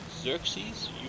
Xerxes